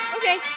Okay